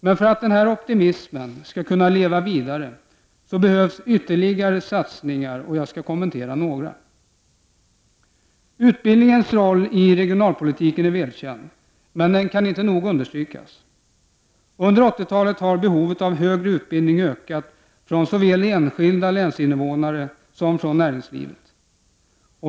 Men för att den här optimismen skall kunna leva vidare behövs ytterligare satsningar, och jag skall kommentera några. Utbildningens roll i regionalpolitiken är välkänd, men kan inte nog understrykas. Under 80-talet har behovet av högre utbildning ökat såväl hos enskilda länsinnevånare som inom näringslivet.